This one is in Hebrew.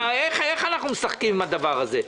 איך אנחנו משחקים עם הדבר הזה?